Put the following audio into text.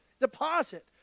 deposit